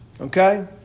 Okay